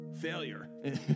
failure